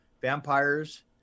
vampires